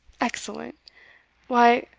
excellent why,